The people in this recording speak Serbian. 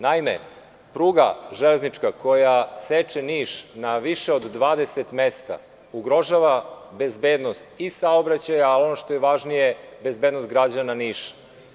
Naime, železnička pruga koja seče Niš na više od 20 mesta ugrožava bezbednost saobraćaja, a ono što je važnije bezbednost građana Niša.